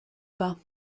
pas